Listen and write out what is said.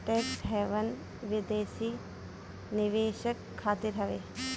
tax haven विदेशी निवेशक खातिर हवे